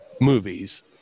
movies